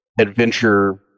adventure